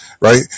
Right